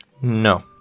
No